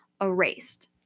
erased